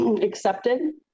accepted